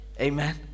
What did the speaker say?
Amen